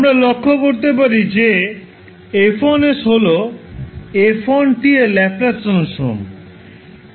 আমরা লক্ষ করতে পারি যে F1হল f1 এর ল্যাপ্লাস ট্রান্সফর্ম